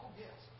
yes